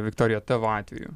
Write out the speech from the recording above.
viktorija tavo atveju